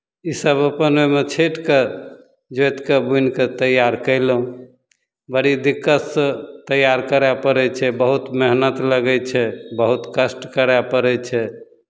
ईसभ अपन एहिमे छँटि कऽ जोति कऽ बुनि कऽ तैयार कयलहुँ बड़ी दिक्कतसँ तैयार करय पड़ै छै बहुत मेहनत लगै छै बहुत कष्ट करय पड़ै छै